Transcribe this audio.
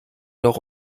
noch